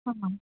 ఆ